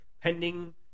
Pending